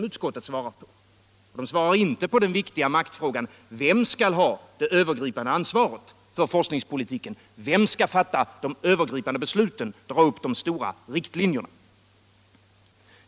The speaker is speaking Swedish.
Utskottet ger inte besked i den viktiga maktfrågan om vem som skall ha det övergripande ansvaret för forskningspolitiken, fatta de övergripande besluten och dra upp de stora riktlinjerna.